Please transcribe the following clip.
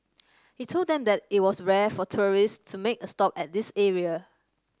he told them that it was rare for tourists make a stop at this area